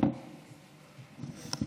גברתי היושבת-ראש.